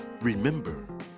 Remember